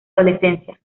adolescencia